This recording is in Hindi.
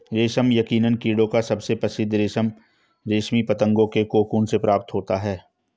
रेशम यकीनन कीड़ों का सबसे प्रसिद्ध रेशम रेशमी पतंगों के कोकून से प्राप्त होता है